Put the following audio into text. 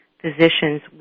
physicians